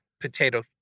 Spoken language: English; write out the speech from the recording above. Potato